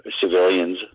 civilians